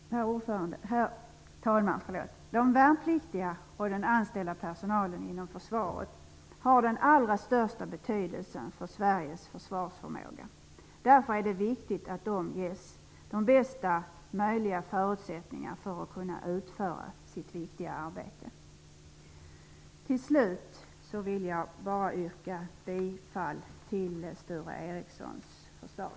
De värnpliktiga och den anställda personalen inom försvaret har den allra största betydelsen för Sveriges försvarsförmåga. Därför är det viktigt att de ges de bästa möjliga förutsättningarna för att kunna utföra sitt viktiga arbete. Jag vill till slut yrka bifall till Sture Ericsons förslag.